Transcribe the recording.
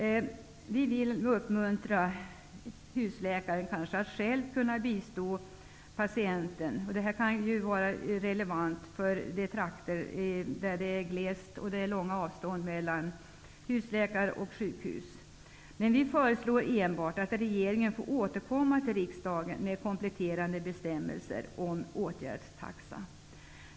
Vi vill uppmuntra husläkare att själva kunna bistå patienten. Det kan vara relevant i de trakter där det är långa avstånd mellan husläkare och sjukhus. Vi föreslår enbart att regeringen får återkomma till riksdagen med kompletterande bestämmelser om åtgärdstaxa.